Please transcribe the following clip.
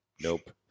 Nope